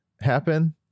happen